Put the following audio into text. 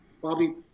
Bobby